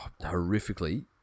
horrifically